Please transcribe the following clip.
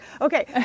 Okay